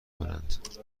کنند